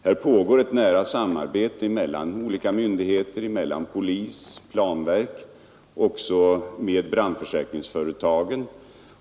Det pågår här ett nära samarbete mellan olika myndigheter: polisen, planverket och även brandförsäkringsföretagen.